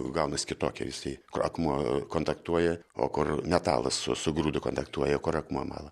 gaunas kitokia jisai kur akmuo kontaktuoja o kur metalas su su grūdu kontaktuoja o kur akmuo mala